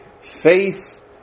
faith